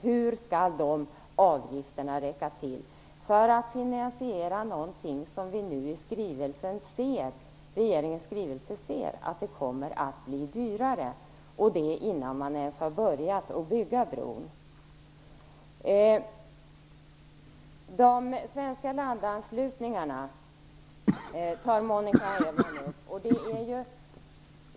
Hur skall de avgifterna räcka till för att finansiera någonting som vi nu i regeringens skrivelse ser kommer att bli dyrare, och det innan man ens har börjat bygga bron? Monica Öhman tar upp de svenska landanslutningarna.